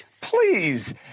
Please